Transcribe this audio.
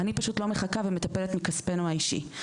אני פשוט לא מחכה ומטפלת מכספנו האישי.